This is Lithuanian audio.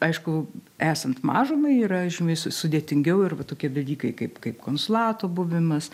aišku esant mažumai yra žymiai su sudėtingiau arba tokie dalykai kaip kaip konsulato buvimas